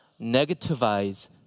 negativize